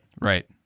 Right